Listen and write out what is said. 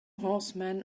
horsemen